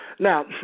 Now